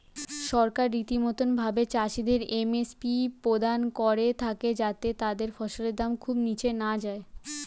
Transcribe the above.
সরকার রীতিমতো ভাবে চাষিদের এম.এস.পি প্রদান করে থাকে যাতে তাদের ফসলের দাম খুব নীচে না যায়